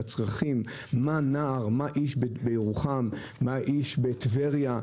את הצרכים של נער או אדם בטבריה או בירוחם,